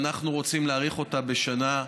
ואנחנו רוצים להאריך אותה בשנה.